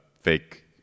fake